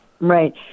Right